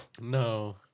No